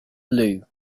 blue